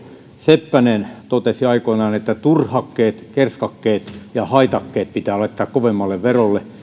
seppänen totesi aikoinaan että turhakkeet kerskakkeet ja haitakkeet pitää laittaa kovemmalle verolle